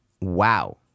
Wow